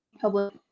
public